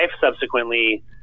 subsequently